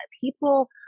people